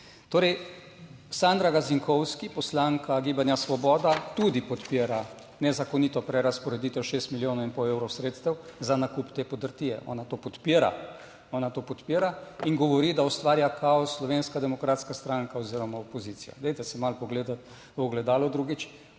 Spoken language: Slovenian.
Torej, Sandra Gazinkovski, poslanka Gibanja Svoboda tudi podpira nezakonito prerazporeditev šest milijonov in pol evrov sredstev za nakup te podrtije. Ona to podpira. Ona to podpira in govori, da ustvarja kaos. Slovenska demokratska stranka oziroma opozicija. Dajte si malo pogledati v ogledalo. Drugič,